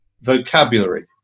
vocabulary